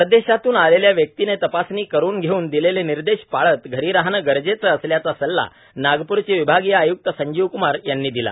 परदेशातुन आलेल्या व्यक्तीने तपासणी करून घेऊन दिलेले निर्देश पाळत घरी राहणे गरजेचे असल्याचा सल्ला नागप्रचे विभागीय आयुक्त संजीव कुमार यांनी दिला